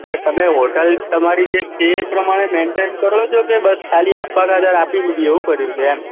એટલે તમે હોટલ તમારી જે છે એ પ્રમાણે મેન્ટેન કરો છો કે બસ ખાલી આપવા ખાતર આપી દીધી એવું કર્યું છે એમ